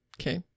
Okay